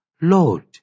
Lord